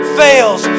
fails